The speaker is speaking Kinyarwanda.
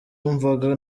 wumvaga